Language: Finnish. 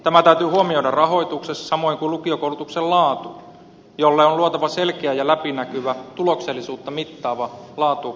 tämä täytyy huomioida rahoituksessa samoin kuin lukiokoulutuksen laatu jolle on luotava selkeä ja läpinäkyvä tuloksellisuutta mittaava laatumittaristo